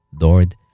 Lord